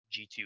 G2